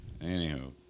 Anywho